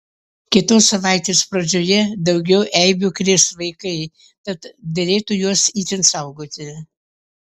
kitos savaitės pradžioje daugiau eibių krės vaikai tad derėtų juos itin saugoti